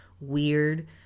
weird